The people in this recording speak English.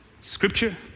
scripture